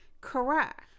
Correct